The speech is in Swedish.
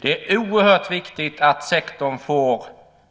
Det är oerhört viktigt att sektorn får